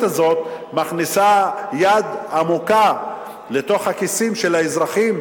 הזאת מכניסה יד עמוק לתוך הכיסים של האזרחים?